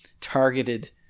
targeted